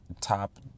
top